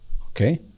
okay